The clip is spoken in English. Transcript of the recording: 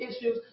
issues